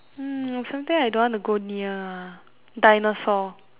oh something I don't want to go near ah dinosaur